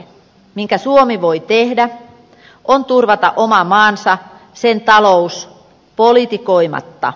minkä suomi voi tehdä on turvata oma maansa sen talous politikoimatta